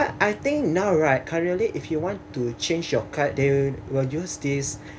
I think now right currently if you want to change your card they'll will use this